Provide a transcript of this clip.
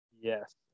yes